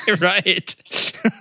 right